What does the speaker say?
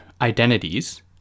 identities